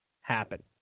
happen